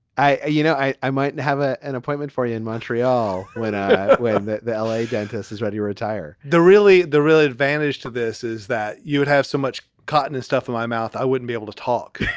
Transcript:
i you know, i i might have ah an appointment for you in montreal when i'm with the the l a. dentist is ready to retire. the really the really advantage to this is that you would have so much cotton and stuff in my mouth, i wouldn't be able to talk